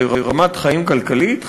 ברמת חיים כלכלית,